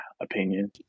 opinion